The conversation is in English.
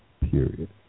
Period